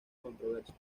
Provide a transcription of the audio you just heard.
controversia